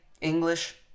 English